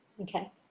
Okay